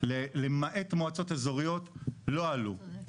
'למעט מועצות אזוריות', לא עלו.